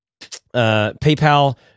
PayPal